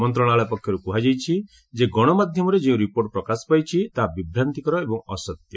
ମନ୍ତ୍ରଣାଳୟ ପକ୍ଷରୁ କୁହାଯାଇଛି ଯେ ଗଣମାଧ୍ୟମରେ ଯେଉଁ ରିପୋର୍ଟ ପ୍ରକାଶ ପାଇଛି ତାହା ବିଭ୍ରାନ୍ତିକର ଏବଂ ଅସତ୍ୟ